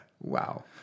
wow